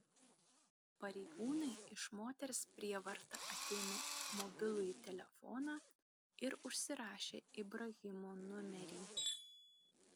pareigūnai iš moters prievarta atėmė mobilųjį telefoną ir užsirašė ibrahimo numerį